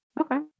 Okay